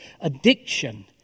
addiction